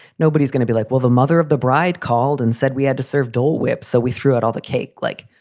nobody's gonna be like, well, the mother of the bride called and said we had to serve dohle whip. so we threw out all the cake. like,